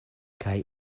kaj